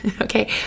okay